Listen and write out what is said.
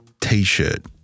T-shirt